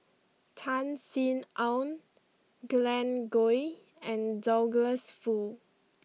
Tan Sin Aun Glen Goei and Douglas Foo